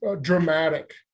dramatic